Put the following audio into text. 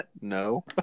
no